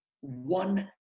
one